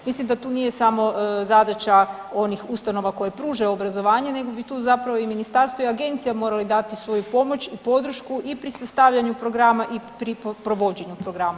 Mislim da tu nije samo zadaća onih ustanova koje pružanju obrazovanje, nego bi tu zapravo i Ministarstvo i Agencija morali dati svoju pomoć i podršku i pri sastavljanju programa i pri provođenju programa.